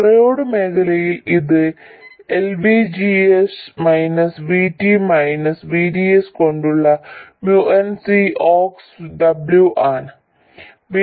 triode മേഖലയിൽ ഇത് LVGS minus VT minus VDS കൊണ്ടുള്ള mu n C ox W ആണ്